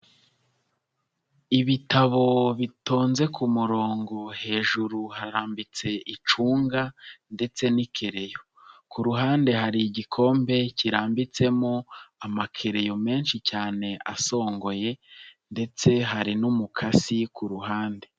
Ibitabo bitonze ku murongo hejuru harambitse icunga ndetse n'ikereyo, ku ruhande hari igikombe kirambitsemo amakereyo menshi cyane asongoye ndetse hari n'umukasi ku ruhande.